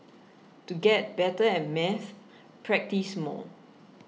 to get better at maths practise more